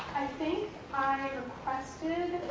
think i requested,